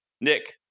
Nick